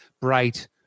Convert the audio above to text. Bright